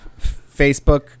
Facebook